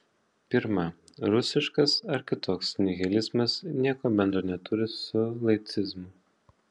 pirma rusiškas ar kitoks nihilizmas nieko bendro neturi su laicizmu